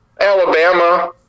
Alabama